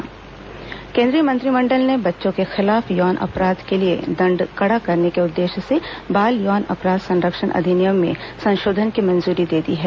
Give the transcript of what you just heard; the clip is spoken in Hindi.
बाल यौन अपराध संरक्षण अधिनियम केंद्रीय मंत्रिमंडल ने बच्चों के खिलाफ यौन अपराध के लिए दंड कड़ा करने के उद्देश्य से बाल यौन अपराध संरक्षण अधिनियम में संशोधन की मंजूरी दे दी है